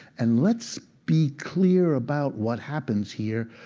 and let's be clear about what happens here,